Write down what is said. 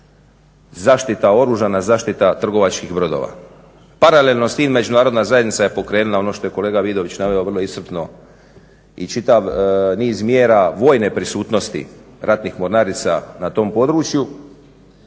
zaštita, oružana zaštita trgovačkih brodova. Paralelno s tim Međunarodna zajednica je pokrenula ono što je kolega Vidović naveo vrlo iscrpno i čitav niz mjera vojne prisutnosti ratnih mornarica na tom području.